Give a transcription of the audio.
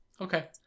Okay